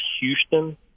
Houston